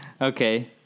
Okay